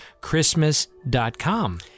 Christmas.com